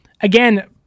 again